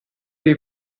dei